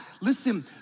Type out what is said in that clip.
Listen